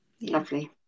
Lovely